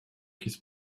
kiss